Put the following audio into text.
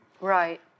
Right